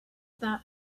that